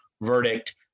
verdict